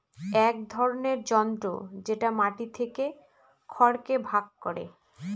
এক ধরনের যন্ত্র যেটা মাটি থেকে খড়কে ভাগ করে